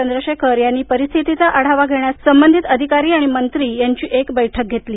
चंद्र शेखर यांनी परिस्थितीचा आढावा घेण्यासाठी संबंधित आधिकारी आणि मंत्री यांची एक बैठक घेतली